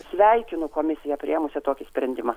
sveikinu komisiją priėmusią tokį sprendimą